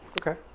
okay